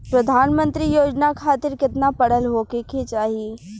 प्रधानमंत्री योजना खातिर केतना पढ़ल होखे के होई?